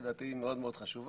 כי לדעתי היא מאוד מאוד חשובה.